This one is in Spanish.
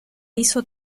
hizo